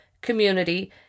community